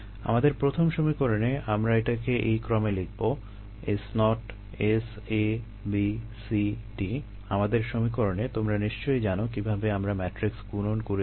আমাদের প্রথম সমীকরণে আমরা এটাকে এই ক্রমে লিখবো S0 S A B C D আমাদের সমীকরণে তোমরা নিশ্চয়ই জানো কীভাবে আমরা ম্যাটিক্স গুণন করে থাকি